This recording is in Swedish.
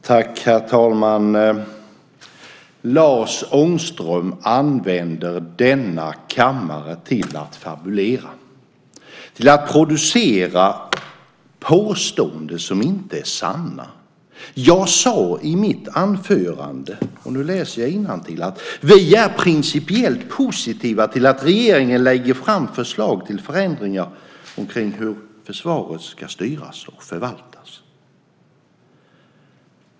Herr talman! För det första använder Lars Ångström denna kammare till att fabulera, till att producera påståenden som inte är sanna. Jag sade i mitt anförande: Vi är principiellt positiva till att regeringen lägger fram förslag till förändringar omkring hur försvaret ska styras och förvaltas.